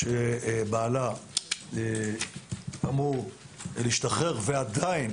שבעלה אמור להשתחרר, ועדיין